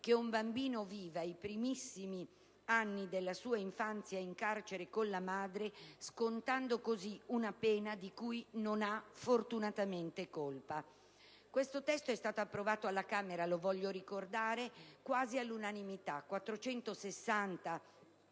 che un bambino viva i primissimi anni della sua infanzia in carcere con la madre, scontando così una pena di cui non ha colpa. Questo testo è stato approvato alla Camera, lo voglio ricordare, quasi all'unanimità: 460 dei